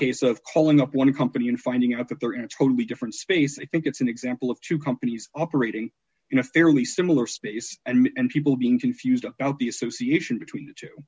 case of calling up one company and finding out that they're in totally different space and think it's an example of two companies operating in a fairly similar space and people being confused about the association between the two